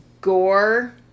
gore